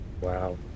wow